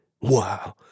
Wow